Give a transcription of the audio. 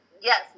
yes